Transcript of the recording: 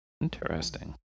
Interesting